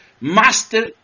master